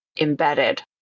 embedded